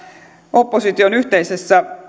opposition yhteisessä